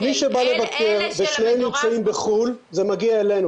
מי שבא לבקר ושניהם נמצאים בחו"ל זה מגיע אלינו,